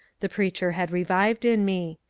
the preacher had revived in me.